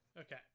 Okay